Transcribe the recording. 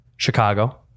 Chicago